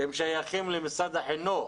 שהם שייכים למשרד החינוך,